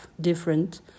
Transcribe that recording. different